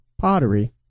Pottery